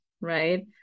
Right